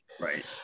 Right